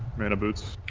and boats